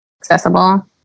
Accessible